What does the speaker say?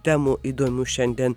temų įdomių šiandien